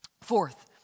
Fourth